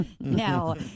No